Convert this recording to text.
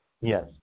Yes